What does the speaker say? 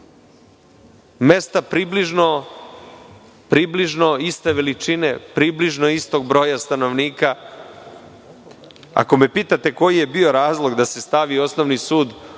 mesta približno iste veličine, približno istog broja stanovnika. Ako me pitate koji je bio razlog da se stavi Osnovni sud u